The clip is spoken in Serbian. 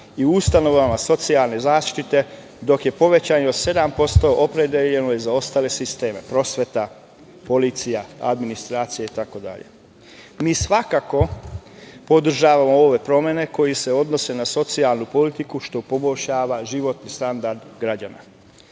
i ustanovama socijalne zaštite, dok je povećanje od 7% opredeljeno za ostale sisteme, prosveta, policija, administracija itd. Mi svakako podržavamo ove promene koje se odnose na socijalnu politiku, što poboljšava životni standard građana.